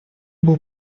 был